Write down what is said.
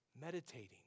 Meditating